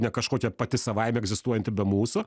ne kažkokia pati savaime egzistuojanti be mūsų